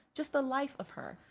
just the live of her.